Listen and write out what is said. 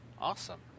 Awesome